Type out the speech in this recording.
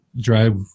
drive